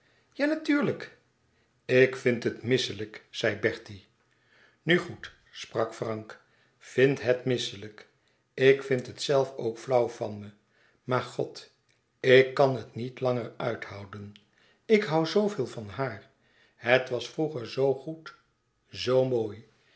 ja natuurlijk ik vind het misselijk zei bertie nu goed sprak frank vind het misselijk ik vind het zelf ook flauw van me maar god ik kàn het niet langer uithouden ik hoû zooveel van haar het was vroeger zoo goed zoo mooi